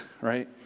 Right